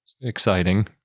exciting